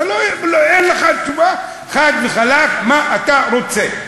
אין לך תשובה, חד וחלק, מה אתה רוצה.